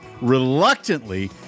reluctantly